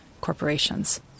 corporations